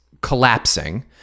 collapsing